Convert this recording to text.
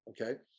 okay